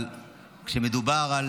אבל כשמדובר על